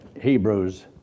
Hebrews